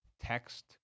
Text